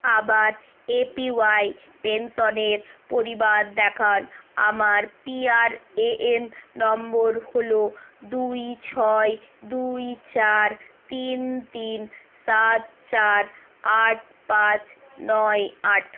আবার এপিওয়াই পেনশনের পরিমাণ দেখান আমার পিআরএএন নম্বর হল দুই ছয় দুই চার তিন তিন সাত চার আট পাঁচ নয় আট